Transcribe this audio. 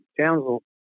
Townsville